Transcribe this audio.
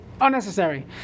unnecessary